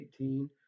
2018